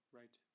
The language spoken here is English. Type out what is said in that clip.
right